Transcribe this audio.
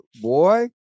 Boy